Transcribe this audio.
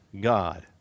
God